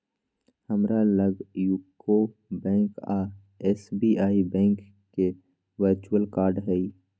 हमरा लग UCO bank आऽ एस.बी.आई बैंक के वर्चुअल कार्ड हइ